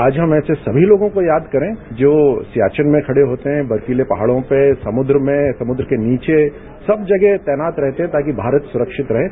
आज हम ऐसे सभी लोगों को याद करें जो सियाचिन में खड़े होते हैं बर्फीले पहाड़ों पर समुद्र में समुद्र के नीचे सब जगह तैनात रहते हैं ताकि भारत सुरक्षित रहें